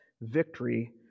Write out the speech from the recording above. victory